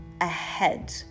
ahead